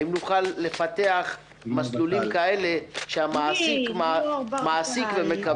האם נוכל לפתח מסלולים כאלה שהמעסיק מקבל